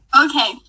Okay